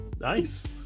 nice